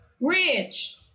bridge